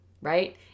Right